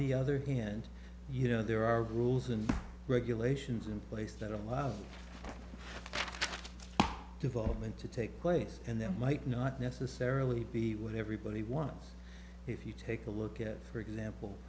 the other hand you know there are rules and regulations in place that allows development to take place and there might not necessarily be what everybody wants if you take a look at for example